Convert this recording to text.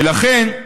ולכן,